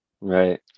Right